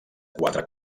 quatre